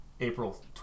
April